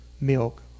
milk